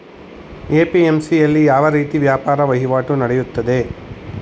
APMC ಯಲ್ಲಿ ಯಾವ ರೀತಿ ವ್ಯಾಪಾರ ವಹಿವಾಟು ನೆಡೆಯುತ್ತದೆ?